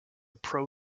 pro